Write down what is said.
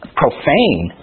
profane